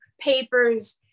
papers